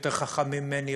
חכמים יותר ממני,